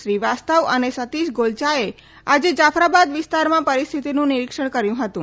શ્રીવાસ્તવ અને સતીષ ગોલયાએ આજે જાફરાબાદ વિસ્તારમાં પરિસ્થિતીનું નિરીક્ષણ કર્યું હતું